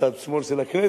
מצד שמאל של הכנסת,